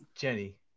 Jenny